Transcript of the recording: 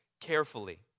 carefully